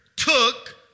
took